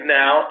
now